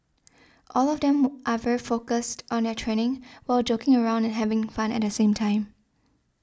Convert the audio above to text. all of them more are very focused on their training while joking around and having fun at the same time